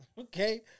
Okay